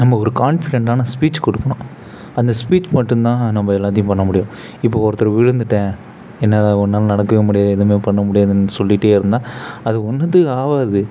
நம்ம ஒரு கான்ஃபிடண்ட்டான ஸ்பீச் கொடுக்கணும் அந்த ஸ்பீச் மட்டுந்தான் நம்ம எல்லாத்தையும் பண்ண முடியும் இப்போ ஒருத்தர் விழுந்துட்டேன் என்னால் உன்னால நடக்கவே முடியாது எதுவுமே பண்ண முடியாதுன்னு சொல்லிட்டே இருந்தால் அது ஒன்னுத்துக்கும் ஆகாது